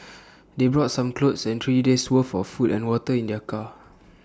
they brought some clothes and three days' worth of food and water in their car